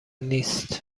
نیست